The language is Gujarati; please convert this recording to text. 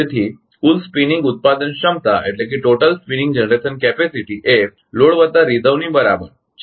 તેથી કુલ સ્પિનિંગ ઉત્પાદન ક્ષમતા એ લોડ વત્તા રિઝર્વ ની બરાબર છે